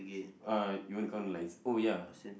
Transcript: uh you wanna count the lines oh ya